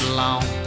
long